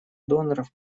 доноров